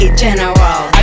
general